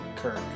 Kirk